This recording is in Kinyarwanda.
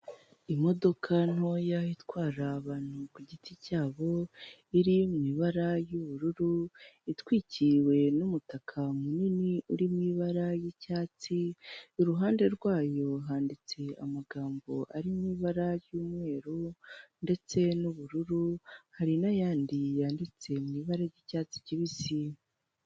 Imodoka ntoya itwara abantu ku giti cyabo iri mu ibara ry'ubururu itwikiriwe n'umutaka munini uri mu ibara ry'icyatsi, iruhande rwayo handitse amagambo ari mu ibara ry'umweru ndetse n'ubururu, hari n'ayandi yanditse mu ibara ry'icyatsi kibisi.